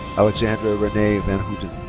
alexandria renee vanhouten.